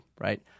right